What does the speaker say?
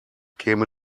käme